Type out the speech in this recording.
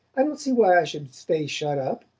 i don't see why i should stay shut up.